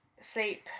sleep